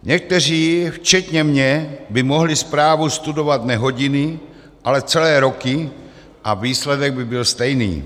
Někteří, včetně mě, by mohli zprávu studovat ne hodiny, ale celé roky a výsledek by byl stejný.